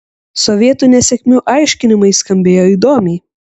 sovietų nesėkmių aiškinimai skambėjo įdomiai